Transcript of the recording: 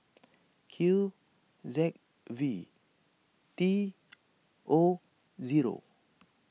Q Z V T O zero